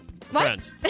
Friends